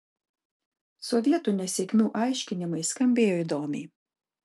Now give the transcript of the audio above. sovietų nesėkmių aiškinimai skambėjo įdomiai